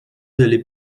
d’aller